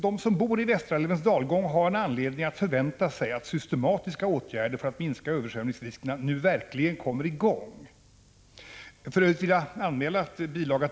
De som bor i Västerdalälvens dalgång har anledning att förvänta sig att systematiska åtgärder för att minska riskerna för översvämning nu verkligen vidtas. För övrigt vill jag anmäla att bil.